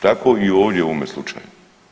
Tako i ovdje u ovome slučaju.